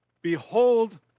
Behold